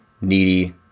needy